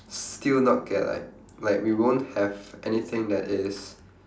still not get like like we won't have anything that is